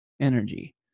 energy